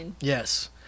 yes